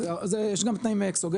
יש גם זה תנאים אקסוגניים,